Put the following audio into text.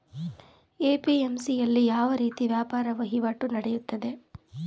APMC ಯಲ್ಲಿ ಯಾವ ರೀತಿ ವ್ಯಾಪಾರ ವಹಿವಾಟು ನೆಡೆಯುತ್ತದೆ?